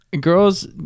girls